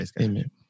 Amen